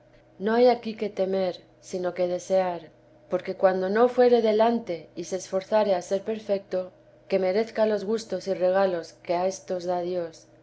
i i aquí que temer sino que desear porque cuando no fuere delante y se esforzare a ser perfecto que merezca los gustos y regalos que a éstos da dios